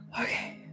okay